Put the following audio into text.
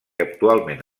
actualment